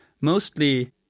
mostly